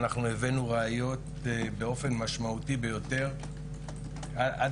אנחנו הבאנו ראיות באופן משמעותי ביותר עד